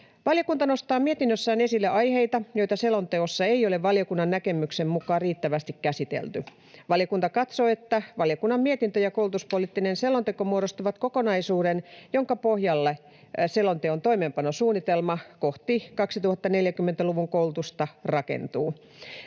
Valiokunta nostaa mietinnössään esille aiheita, joita selonteossa ei ole valiokunnan näkemyksen mukaan riittävästi käsitelty. Valiokunta katsoo, että valiokunnan mietintö ja koulutuspoliittinen selonteko muodostavat kokonaisuuden, jonka pohjalle selonteon toimeenpanosuunnitelma kohti 2040‑luvun koulutusta rakentuu.